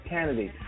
Kennedy